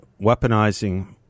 weaponizing